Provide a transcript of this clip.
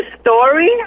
story